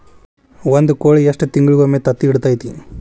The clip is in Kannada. ಒಂದ್ ಕೋಳಿ ಎಷ್ಟ ತಿಂಗಳಿಗೊಮ್ಮೆ ತತ್ತಿ ಇಡತೈತಿ?